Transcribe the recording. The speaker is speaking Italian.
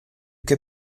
che